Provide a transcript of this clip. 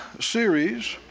series